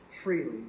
freely